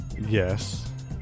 Yes